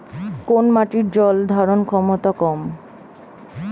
কোন মাটির জল ধারণ ক্ষমতা কম?